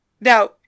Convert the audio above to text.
Now